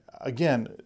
Again